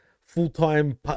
full-time